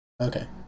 Okay